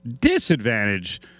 disadvantage